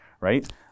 right